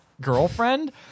girlfriend